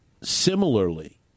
similarly